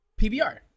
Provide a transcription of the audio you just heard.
PBR